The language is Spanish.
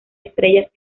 estrellas